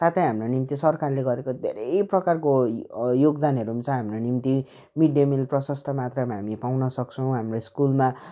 साथै हाम्रो निम्ति सरकारले गरेको धेरै प्रकारको यो योगदानहरू पनि छ हाम्रो निम्ति मिडडे मिल प्रसस्त मात्रामा हामी पाउनसक्छौँ हाम्रो स्कुलमा